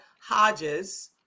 Hodges